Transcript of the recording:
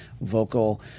vocal